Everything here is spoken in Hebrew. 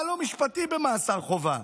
מה לא משפטי במאסר חובה?